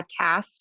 podcast